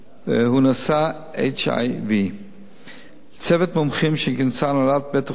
הוא נשא HIV. צוות מומחים שכינסה הנהלת בית-החולים